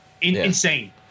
Insane